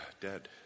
Dead